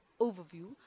overview